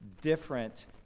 different